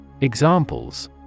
Examples